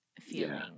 feeling